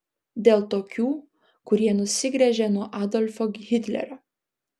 dėl tokių kurie nusigręžė nuo adolfo hitlerio